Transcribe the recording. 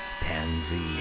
Pansy